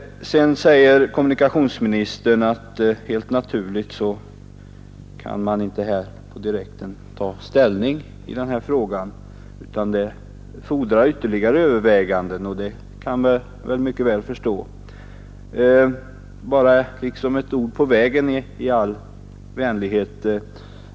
Man kan inte direkt ta ställning till denna fråga, säger kommunikationsministern. Det fordras ytterligare överväganden, vilket jag mycket väl förstår. Som ett ord på vägen vill jag i all vänlighet säga en annan sak.